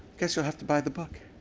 guess you'll have to buy the book.